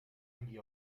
agli